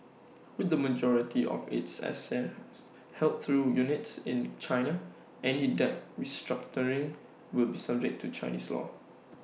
with the majority of its assets held through units in China any debt restructuring will be subject to Chinese law